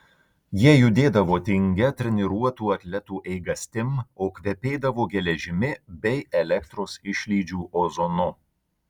jie judėdavo tingia treniruotų atletų eigastim o kvepėdavo geležimi bei elektros išlydžių ozonu